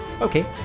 Okay